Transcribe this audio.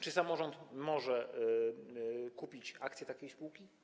Czy samorząd może kupić akcje takiej spółki?